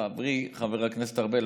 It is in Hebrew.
חברי חבר הכנסת ארבל,